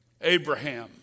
Abraham